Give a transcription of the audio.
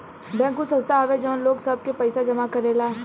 bank उ संस्था हवे जवन लोग सब के पइसा जमा करेला